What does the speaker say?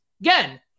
Again